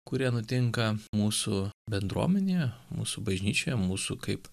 kurie nutinka mūsų bendruomenėje mūsų bažnyčioje mūsų kaip